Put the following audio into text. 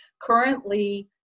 Currently